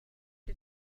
did